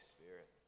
Spirit